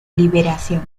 liberación